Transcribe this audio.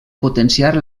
potenciar